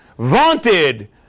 vaunted